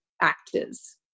actors